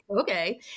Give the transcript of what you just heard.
okay